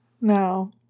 No